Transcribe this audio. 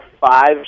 five